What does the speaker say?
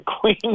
queen